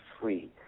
free